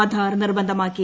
ആധാർ നിർബന്ധമാക്കി